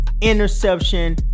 interception